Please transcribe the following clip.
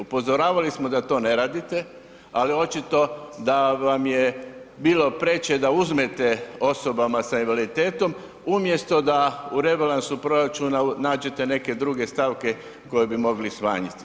Upozoravali smo da to ne radite, ali očito da vam je bilo preče da uzmete osobama sa invaliditetom umjesto da u rebalansu proračuna nađene neke druge stavke koje bi mogli smanjiti.